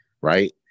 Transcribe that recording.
Right